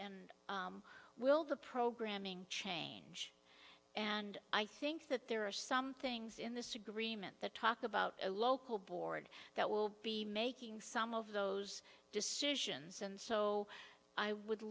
and will the programming change and i think that there are some things in this agreement that talk about a local board that will be making some of those decisions and so i would